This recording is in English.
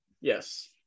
yes